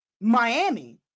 Miami